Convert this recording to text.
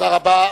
תודה רבה.